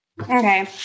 Okay